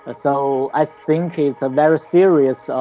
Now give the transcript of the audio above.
ah so i think it's a very serious um